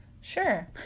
Sure